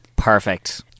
Perfect